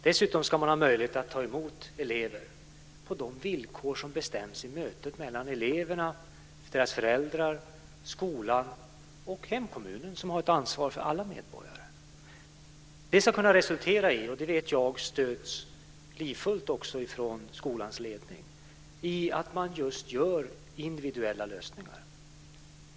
Dessutom ska man ha möjlighet att ta emot elever på de villkor som bestäms i mötet mellan eleverna, deras föräldrar, skolan och även hemkommunen, som har ett ansvar för alla medborgare. Det ska - jag vet att detta stöds livfullt också från skolans ledning - kunna resultera i att man just gör individuella lösningar.